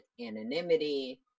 anonymity